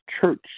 church